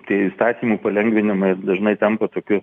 tie įstatymų palengvinimai dažnai tampa tokiu